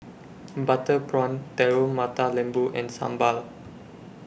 Butter Prawn Telur Mata Lembu and Sambal